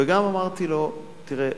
גם אמרתי לו: תראה,